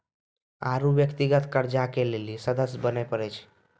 आरु व्यक्तिगत कर्जा के लेली सदस्य बने परै छै